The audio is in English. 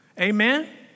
Amen